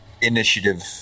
initiative